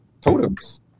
totems